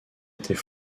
était